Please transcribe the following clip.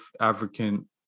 African